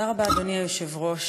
תודה רבה, אדוני היושב-ראש.